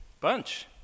bunch